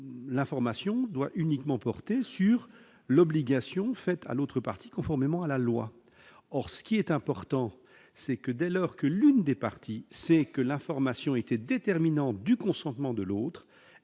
l'information doit uniquement porté sur l'obligation faite à l'autre partie, conformément à la loi, or ce qui est important, c'est que dès lors que l'une des parties, c'est que l'information était déterminante du consentement de l'autre,